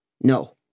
No